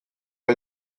ont